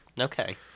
Okay